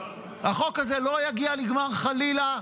החוק הזה לא יגיע לגמר, חלילה,